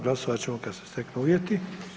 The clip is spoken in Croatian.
Glasovat ćemo kad se steknu uvjeti.